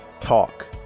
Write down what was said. Talk